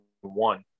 one